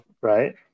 Right